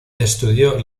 estudió